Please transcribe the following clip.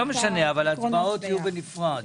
ההצבעות יהיו בנפרד,